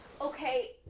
Okay